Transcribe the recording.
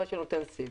כפי שנותן סיב.